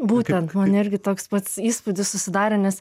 būtent man irgi toks pats įspūdis susidarė nes